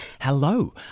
Hello